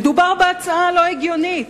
מדובר בהצעה לא הגיונית.